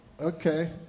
Okay